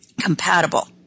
compatible